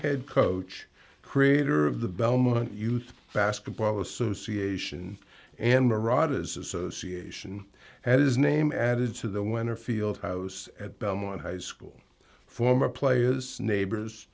head coach creator of the belmont youth basketball association amerada his association and his name added to the winner field house at belmont high school former players neighbors